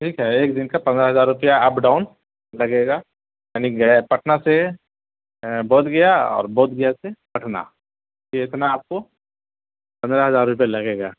ٹھیک ہے ایک دن کا پندرہ ہزار روپیہ اپ ڈاؤن لگے گا یعنی گیا پٹنہ سے بودھ گیا اور بودھ گیا سے پٹنہ یہ اتنا آپ کو پندرہ ہزار روپیہ لگے گا